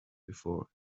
before